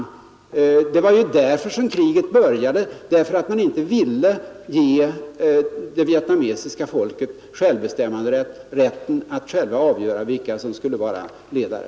Kriget i Vietnam började ju på nytt efter 1954 därför att USA inte ville ge det vietnamesiska folket självbestämmanderätt, rätt att själva få avgöra vilka som skulle vara deras ledare.